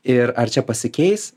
ir ar čia pasikeis